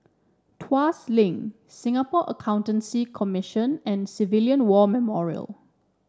Tuas Link Singapore Accountancy Commission and Civilian War Memorial